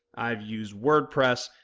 i've used wordpress,